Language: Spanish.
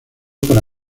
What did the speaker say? para